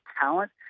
talent